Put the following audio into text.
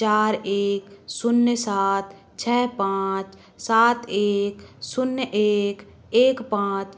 चार एक शून्य सात छ पाँच सात एक शून्य एक एक पाँच